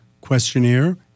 questionnaire